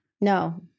No